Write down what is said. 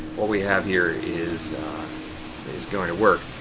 what we have here is is going to work.